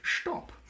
stop